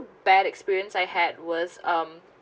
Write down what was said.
bad experience I had was um